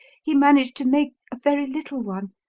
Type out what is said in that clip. he managed to make a very little one.